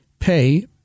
pay